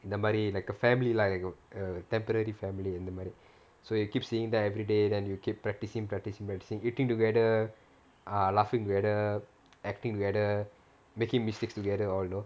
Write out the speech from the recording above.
இந்த மாரி:intha maari like a family like a temporary family இந்த மாரி:intha maari so you keep seeing them everyday then you keep practicing practicing practicing eating together ah laughing together acting together making mistakes together all know